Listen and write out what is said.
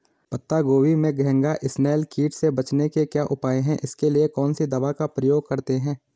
पत्ता गोभी में घैंघा इसनैल कीट से बचने के क्या उपाय हैं इसके लिए कौन सी दवा का प्रयोग करते हैं?